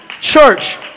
church